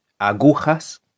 agujas